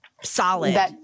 solid